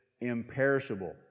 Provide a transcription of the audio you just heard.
imperishable